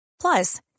Plus